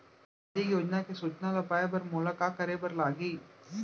सामाजिक योजना के सूचना ल पाए बर मोला का करे बर लागही?